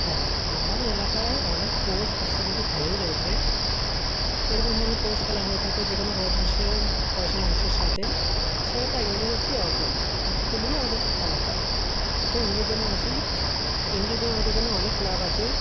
হ্যাঁ আমার এলাকায় অনেক স্পোর্টস ফ্যাসিলিটি ভালোই রয়েছে এরকম ধরনের স্পোর্টস খেলা হয়ে থাকে যে কোনও বয়সের বয়সের মানুষের সাথে সেটাই ইনডোরও কি আউটডোর দুটো মিলিয়ে আমাদের খেলা হয় তো ইনডোর গেমে আসি ইনডোর গেম আমাদের এখানে অনেক ক্লাব আছে